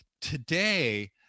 today